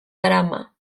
darama